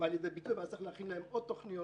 באים לידי ביטוי וצריך להכין להם תכניות